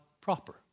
proper